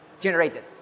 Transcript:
generated